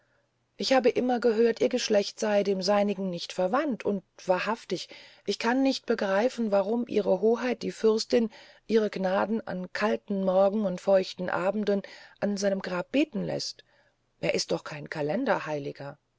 ich habe immer gehört ihr geschlecht sey dem seinigen nicht verwand und wahrhaftig ich kann nicht begreifen warum ihre hoheit die fürstin ihre gnaden an kalten morgen oder feuchten abenden an seinem grabe beten läßt er ist doch kein